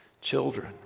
children